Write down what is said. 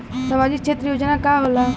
सामाजिक क्षेत्र योजना का होला?